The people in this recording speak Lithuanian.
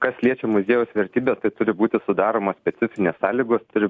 kas liečia muziejaus vertybes tai turi būti sudaromos specifinės sąlygos turi